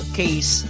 case